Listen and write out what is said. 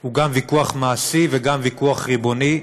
הוא גם ויכוח מעשי וגם ויכוח ריבוני,